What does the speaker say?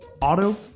Auto